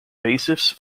basis